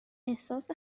احساس